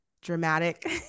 dramatic